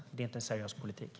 Det är inte en seriös politik.